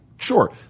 sure